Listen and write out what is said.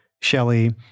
Shelley